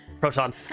proton